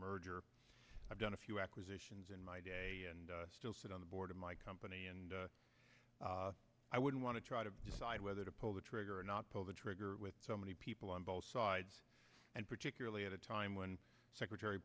merger i've done a few acquisitions in my day and still sit on the board of my company and i wouldn't want to try to decide whether to pull the trigger or not pull the trigger with so many people on both sides and particularly at a time when secretary